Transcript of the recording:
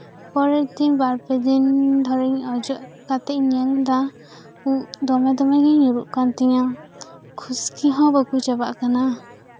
ᱯᱚᱨᱮᱨ ᱫᱤᱱ ᱵᱟᱨᱼᱯᱮ ᱫᱤᱱ ᱫᱤᱱ ᱚᱡᱚᱜ ᱠᱟᱛᱮᱧ ᱧᱮᱞᱫᱟ ᱩᱵ ᱫᱚᱢᱮᱼᱫᱚᱢᱮ ᱧᱩᱨᱩᱜ ᱠᱟᱱ ᱛᱤᱧᱟᱹ ᱠᱷᱩᱥᱠᱤ ᱦᱚᱸ ᱵᱟᱠᱚ ᱪᱟᱵᱟᱜ ᱠᱟᱱᱟ